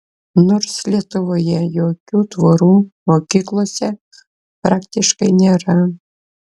nors lietuvoje jokių tvorų mokyklose praktiškai nėra